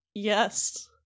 yes